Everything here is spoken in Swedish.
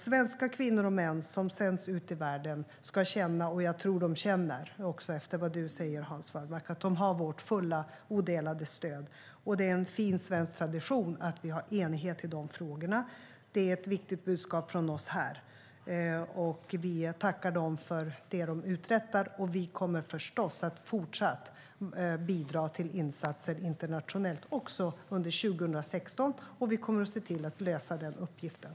Svenska kvinnor och män som sänds ut i världen ska känna - och jag tror att de känner det efter vad du säger, Hans Wallmark - att de har vårt fulla och odelade stöd. Det är en fin svensk tradition att vi har enighet i de frågorna. Det är ett viktigt budskap från oss här. Vi tackar dem för det som de uträttar, och vi kommer förstås att fortsätta bidra till insatser internationellt, också under 2016. Vi kommer att se till att lösa den uppgiften.